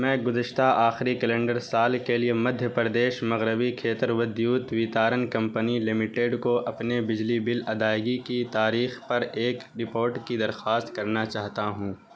میں گُزشتہ آخری کیلنڈر سال کے لیے مدھیہ پردیش مغربی کھیتر ودیوت ویتارن کمپنی لمیٹڈ کو اپنے بجلی بِل ادائیگی کی تاریخ پر ایک رپورٹ کی درخواست کرنا چاہتا ہوں